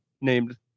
named